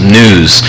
news